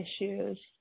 issues